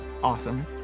awesome